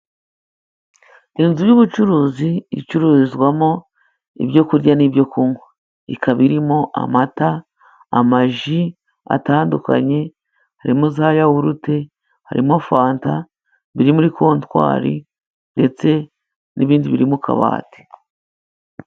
Inzu y'ubucuruzi icururizwamo ibyokurya n'ibyo kunywa. Ikaba irimo: amata, amaji atandukanye, harimo n'zayahurute, harimo n'fanta biri muri kontwari ndetse n'ibindi biri mu kabati.